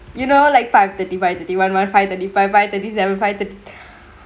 you know like pipe the device diwan wifi the divide by thirty verify the